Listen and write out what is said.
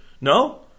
No